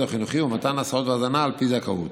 החינוכי ומתן הסעות והזנה על פי זכאות.